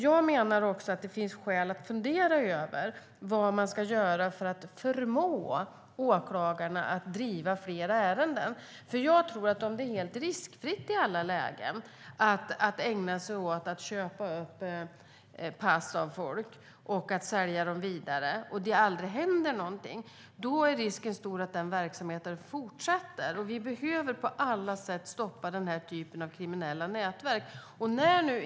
Jag menar att det finns skäl att fundera över vad man ska göra för att förmå åklagarna att driva fler ärenden. Om det är helt riskfritt i alla lägen att ägna sig åt att köpa upp pass av folk och sälja dem vidare är risken stor att denna verksamhet fortsätter. Vi behöver på alla sätt stoppa denna typ av kriminella nätverk.